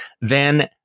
then-